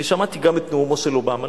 אני שמעתי גם את נאומו של אובמה,